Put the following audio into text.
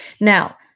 Now